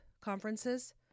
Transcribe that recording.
conferences